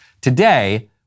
Today